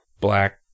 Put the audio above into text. Black